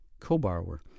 co-borrower